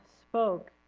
spoke